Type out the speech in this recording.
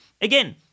Again